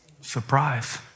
Surprise